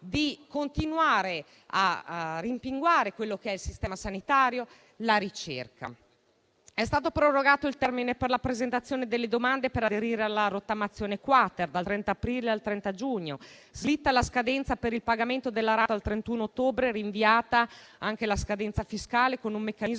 di continuare a rimpinguare il sistema sanitario e la ricerca. È stato prorogato il termine per la presentazione delle domande per aderire alla rottamazione-*quater* dal 30 aprile al 30 giugno; slitta la scadenza per il pagamento della rata al 31 ottobre, mentre viene rinviata anche la scadenza fiscale con un meccanismo